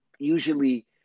Usually